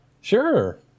Sure